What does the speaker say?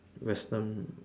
Western